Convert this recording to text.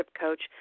coach